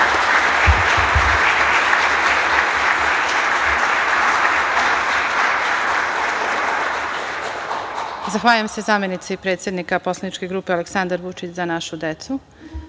Zahvaljujem se zamenici predsednika poslaničke grupe „Aleksandar Vučić – Za našu